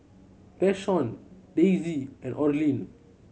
Vashon Daisey and Orlin